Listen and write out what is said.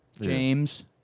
James